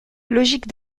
logique